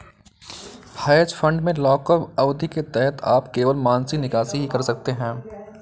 hedge fund में lockup अवधि के तहत आप केवल मासिक निकासी ही कर सकते हैं